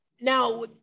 now